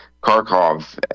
Kharkov